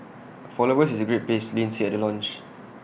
for lovers it's A great place Lin said at the launch